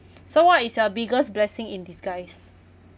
so what is your biggest blessing in disguise